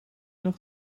nog